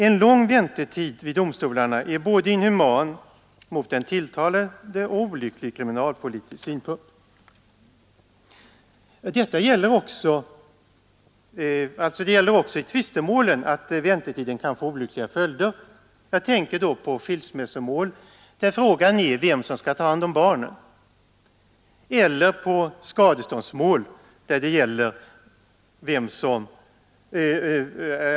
En lång väntetid vid domstol är både inhuman mot den tilltalade och olycklig ur kriminalpolitisk synpunkt. Också i tvistemålen kan väntetiden få olyckliga följder. Jag tänker då på skilsmässomål, där frågan är vem som skall ta hand om barnen, eller på skadeståndsmål där en skadad ättning.